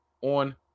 on